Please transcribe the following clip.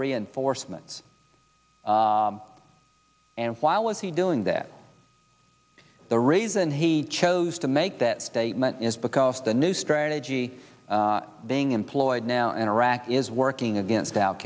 reinforcements and why was he doing that the reason he chose to make that statement is because the new strategy being employed now in iraq is working against al